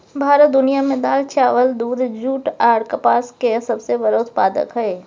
भारत दुनिया में दाल, चावल, दूध, जूट आर कपास के सबसे बड़ा उत्पादक हय